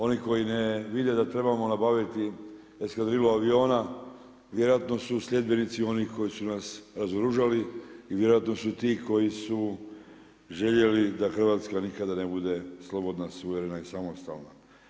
Oni koji ne vide da trebamo nabaviti eskadrilu aviona, vjerojatno su sljedbenici onih koji su nas razoružali i vjerojatno su ti koji su željeli da Hrvatska nikada ne bude slobodna, suverena i samostalna.